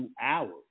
hours